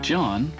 John